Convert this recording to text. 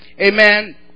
Amen